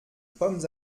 pommes